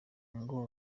ngo